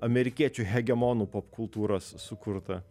amerikiečių hegemonų popkultūros sukurtą